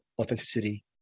authenticity